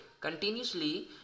continuously